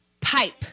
Pipe